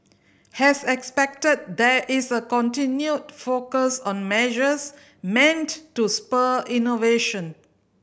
as expected there is a continued focus on measures meant to spur innovation